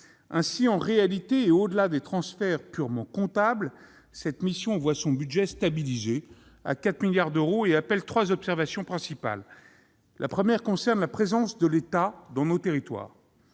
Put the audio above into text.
Ainsi, en réalité, au-delà des transferts purement comptables, cette mission voit son budget stabilisé à 4 milliards d'euros. Cela appelle trois observations principales. La première observation a trait à la présence de l'État dans nos territoires.